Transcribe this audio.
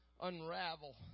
Unravel